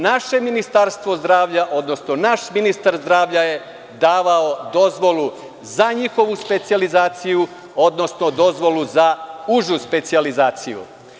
Naše Ministarstvo zdravlja, odnosno naš ministar zdravlja je davao dozvolu za njihovu specijalizaciju, odnosno dozvolu za užu specijalizaciju.